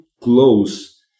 close